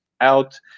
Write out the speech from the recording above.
out